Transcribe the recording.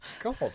god